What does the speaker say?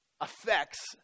affects